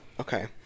okay